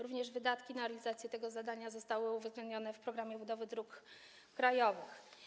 Również wydatki na realizację tego zadania zostały uwzględnione w programie budowy dróg krajowych.